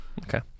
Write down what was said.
okay